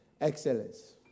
excellence